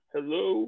Hello